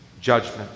judgment